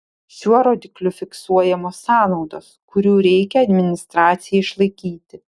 šiuo rodikliu fiksuojamos sąnaudos kurių reikia administracijai išlaikyti